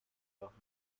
los